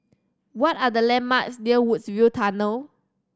what are the landmarks near Woodsville Tunnel